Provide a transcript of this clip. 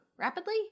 Rapidly